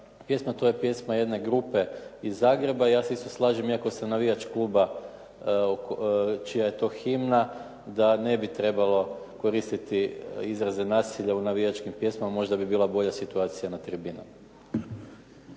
to je pjesma jedne grupe iz Zagreba. Ja se isto slažem, iako sam navijač kluba čija je to himna da ne bi trebalo koristiti izraze nasilja u navijačkim pjesmama, možda bi bila bolja situacija na tribinama.